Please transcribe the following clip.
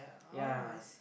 ya